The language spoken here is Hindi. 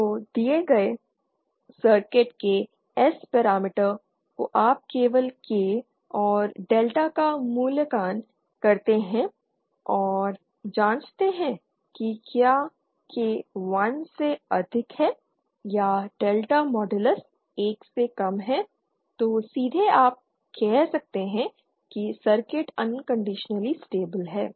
तो दिए गए सर्किट के S पैरामीटर को आप केवल K और डेल्टा का मूल्यांकन करते हैं और जांचते हैं कि क्या K 1 से अधिक है या डेल्टा मॉडलस 1 से कम है तो सीधे आप कह सकते हैं कि सर्किट अनकंडिशनली स्टेबल है